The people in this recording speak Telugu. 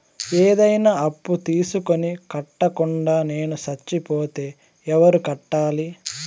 ఏదైనా అప్పు తీసుకొని కట్టకుండా నేను సచ్చిపోతే ఎవరు కట్టాలి?